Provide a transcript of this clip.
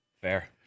Fair